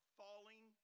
falling